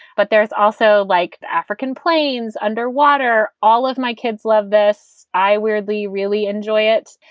but there's also like the african plains underwater. all of my kids love this. i weirdly really enjoy it.